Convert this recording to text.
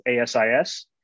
ASIS